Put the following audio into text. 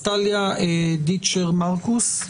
אז טליה דיטשר מרכוס,